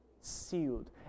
sealed